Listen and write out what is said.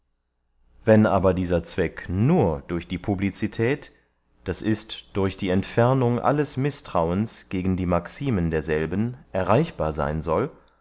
wenn aber dieser zweck nur durch die publicität d i durch die entfernung alles mistrauens gegen die maximen derselben erreichbar seyn soll